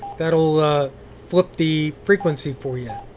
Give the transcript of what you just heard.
that'll flip the frequency for yeah